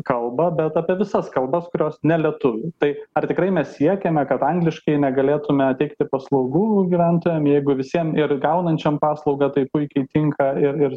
kalbą bet apie visas kalbas kurios ne lietuvių tai ar tikrai mes siekiame kad angliškai negalėtume teikti paslaugų gyventojams jeigu visiem ir gaunančiam paslaugą tai puikiai tinka ir ir